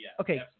okay